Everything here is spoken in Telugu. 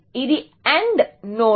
ఇది AND నోడ్